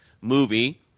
movie